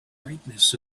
brightness